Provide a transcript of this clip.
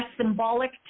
symbolic